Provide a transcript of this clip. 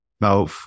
now